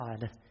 God